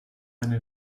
eine